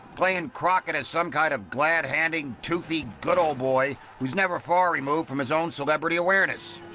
playing crockett as some kind of glad-handing, toothy good old boy, who's never far removed from his own celebrity awareness.